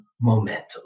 momentum